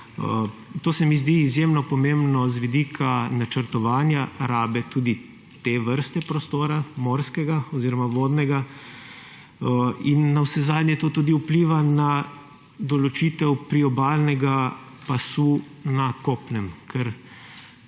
To se mi zdi izjemno pomembno z vidika načrtovanja rabe tudi te vrste prostora, morskega oziroma vodnega, in navsezadnje to tudi vpliva na določitev priobalnega pasu na kopnem. Ker,